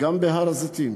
גם בהר-הזיתים,